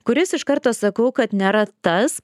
kuris iš karto sakau kad nėra tas